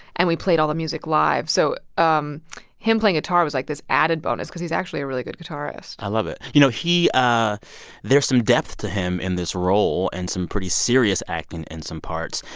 and we played all the music live. so um him playing guitar was like this added bonus because he's actually a really good guitarist i love it. you know, he ah there's some depth to him in this role and some pretty serious acting in some parts.